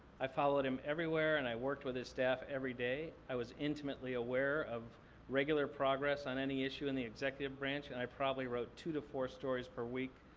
i followed him everywhere and i worked with his staff every day. i was intimately aware of regular progress on any issue in the executive branch and i probably wrote two to four stories per week,